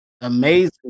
Amazing